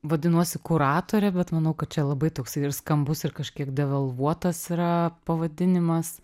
vadinuosi kuratore bet manau kad čia labai toks ir skambus ir kažkiek devalvuotas yra pavadinimas